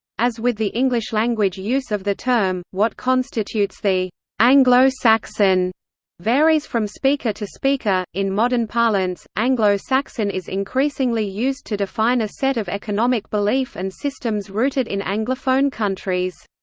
as with the english-language use of the term, what constitutes the anglo-saxon varies from speaker to speaker in modern parlance, anglo-saxon is increasingly used to define a set of economic belief and systems rooted in anglophone countries.